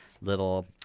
little